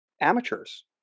amateurs